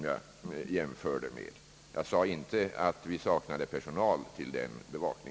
Jag sade inte att vi saknade personal till den.